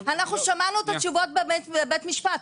אנחנו שמענו את התשובות בבית משפט.